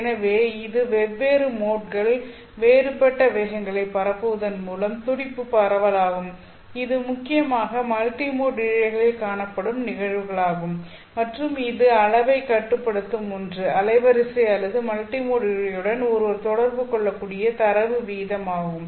எனவே இது வெவ்வேறு மோட்கள் வேறுபட்ட வேகங்களை பரப்புவதன் மூலம் துடிப்பு பரவலாகும் இது முக்கியமாக மல்டிமோட் இழைகளில் காணப்படும் நிகழ்வுகளாகும் மற்றும் இது அளவைக் கட்டுப்படுத்தும் ஒன்று அலைவரிசை அல்லது மல்டிமோட் இழையுடன் ஒருவர் தொடர்பு கொள்ளக்கூடிய தரவு வீதம் ஆகும்